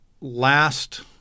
last